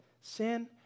sin